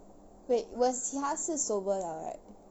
wait was 其他是 sober liao right